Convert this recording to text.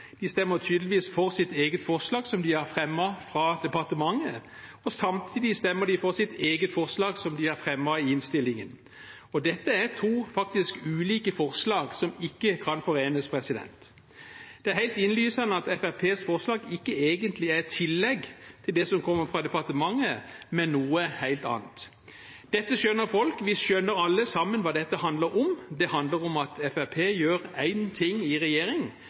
De stemmer tydeligvis for sitt eget forslag som de har fremmet fra departementet, og samtidig stemmer de for sitt eget forslag som de har fremmet i innstillingen. Dette er faktisk to ulike forslag som ikke kan forenes. Det er helt innlysende at Fremskrittspartiets forslag ikke egentlig er et tillegg til det som kommer fra departementet, men noe helt annet. Dette skjønner folk. Vi skjønner alle sammen hva dette handler om. Det handler om at Fremskrittspartiet gjør én ting i regjering